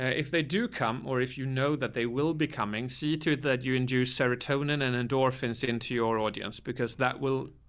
ah if they do come or if you know that they will be coming. see too, that you induced serotonin and endorphins into your audience, because that will.